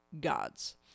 Gods